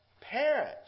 parents